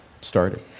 started